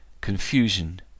confusion